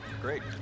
Great